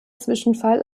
zwischenfall